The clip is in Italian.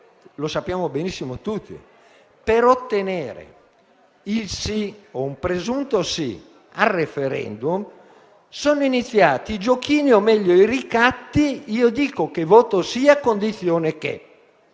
lo sappiamo benissimo tutti - per ottenere il sì (o un presunto sì) al *referendum* sono iniziati i giochini o - meglio - i ricatti del tipo «io dico che voto sì, a condizione che».